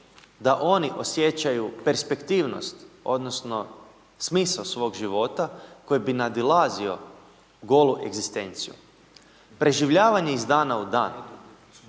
da oni osjećaju perspektivnost odnosno smisao svog života koji bi nadilazio golu egzistenciju. Preživljavanje iz dana u dan